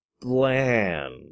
bland